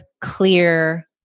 clear